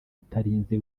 utarinze